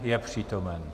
Je přítomen.